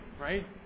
right